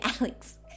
Alex